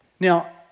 Now